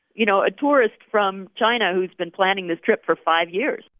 you know, a tourist from china who's been planning this trip for five years?